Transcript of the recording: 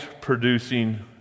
producing